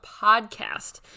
Podcast